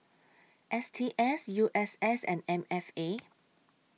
S T S U S S and M F A